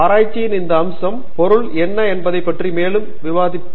ஆராய்ச்சியின் இந்த அம்சத்தின் பொருள் என்ன என்பதைப் பற்றி மேலும் விவாதித்துக் கொள்வோம்